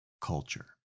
culture